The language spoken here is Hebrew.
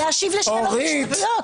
-- להשיב לשאלות משפטיות.